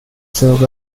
serve